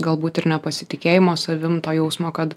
galbūt ir nepasitikėjimo savim to jausmo kad